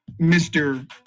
Mr